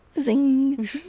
Zing